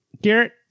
Garrett